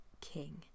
king